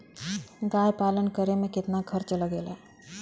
गाय पालन करे में कितना खर्चा लगेला?